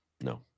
no